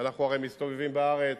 ואנחנו הרי מסתובבים בארץ,